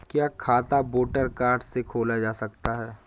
क्या खाता voter card से खोला जा सकता है?